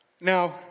Now